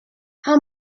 how